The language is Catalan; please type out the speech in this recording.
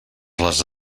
les